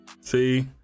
See